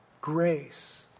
Grace